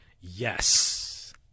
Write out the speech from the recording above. Yes